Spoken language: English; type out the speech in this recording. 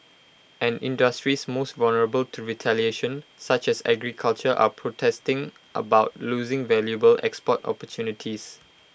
and industries most vulnerable to retaliation such as agriculture are protesting about losing valuable export opportunities